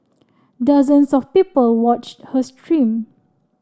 dozens of people watched her stream